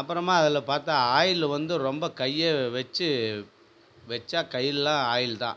அப்புறமா அதில் பார்த்தா ஆயில் வந்து ரொம்ப கையை வெச்சு வெச்சால் கையெலலாம் ஆயில்தான்